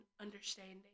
understanding